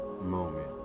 moment